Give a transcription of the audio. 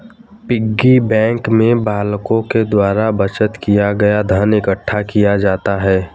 piggy bank में बालकों के द्वारा बचत किया गया धन इकट्ठा किया जाता है